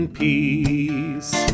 peace